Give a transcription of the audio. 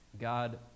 God